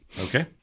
Okay